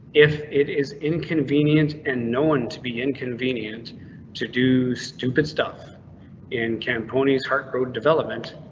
if it is inconvenient and known to be inconvenient to do stupid stuff in campo knees, heart rd development.